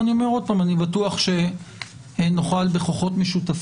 ואני אומר עוד פעם: אני בטוח שנוכל בכוחות משותפים,